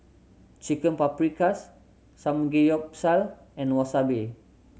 Chicken Paprikas Samgeyopsal and Wasabi